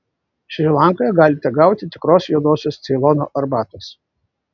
šri lankoje galite gauti tikros juodosios ceilono arbatos